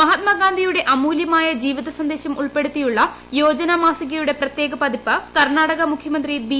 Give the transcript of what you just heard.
മഹാത്മാഗാന്ധിയുടെ അമൂല്യമായ ജീവിത സന്ദേശം ഉൾപ്പെടുത്തിയുള്ള യോജന മാസികയുടെ പ്രത്യേക പതിപ്പ് കർണാടക് മുഖ്യമന്ത്രി ബി